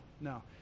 no